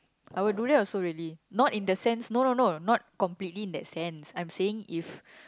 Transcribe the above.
I would do that also really not in the sense no no no not completely in that sense I'm saying if